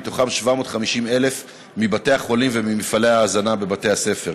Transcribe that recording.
מתוכן 750,000 מבתי-החולים וממפעלי ההזנה בבתי-הספר.